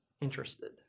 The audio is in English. Interested